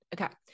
okay